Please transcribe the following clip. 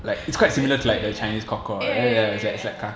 okay okay ya ya ya ya ya